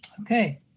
Okay